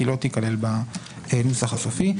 היא לא תיכלל בנוסח הסופי.